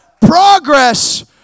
Progress